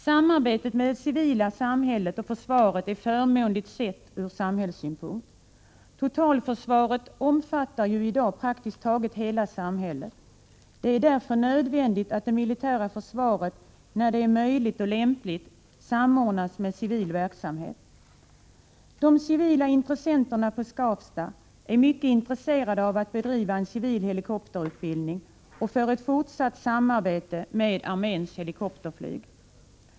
Samarbete mellan det civila samhället och försvaret är förmånligt sett ur samhällssynpunkt. Totalförsvaret omfattar ju i dag praktiskt taget hela samhället. Det är därför nödvändigt att det militära försvaret, när det är möjligt och lämpligt, samordnas med civil verksamhet. De civila intressenterna på Skavsta är mycket positiva till att bedriva en civil helikopterutbildning och till ett fortsatt samarbete med arméns helikopterflyg.